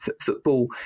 football